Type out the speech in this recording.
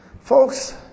folks